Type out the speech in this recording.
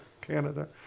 canada